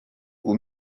aux